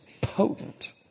potent